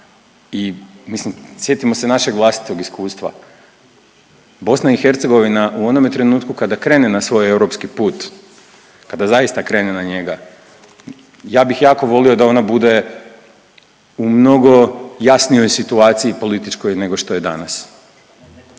i mislim sjetimo se našeg vlastitog iskustva, BiH u onome trenutku kada krene na svoj europski put, kada zaista krene na njega ja bih jako volio da ona bude u mnogo jasnijoj situaciji političkoj nego što je danas.